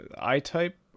I-Type